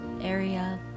area